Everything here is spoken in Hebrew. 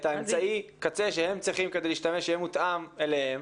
את האמצעי קצה שהם צריכים כדי להשתמש שיהיה מותאם אליהם.